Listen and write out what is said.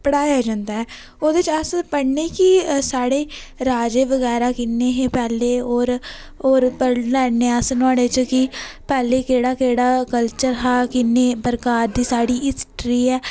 पढ़ाया जंदा ऐ ओह्दे च अस पढ़ने कि साढ़े राजे बगैरा किन्ने हे पैह्ले होर होर पढ़ी लैन्ने नुहाड़े च अस कि पैह्लें केह्ड़ा केह्ड़ा कल्चर हा किन्नी प्रकार दी साढ़ी हिस्ट्री ऐ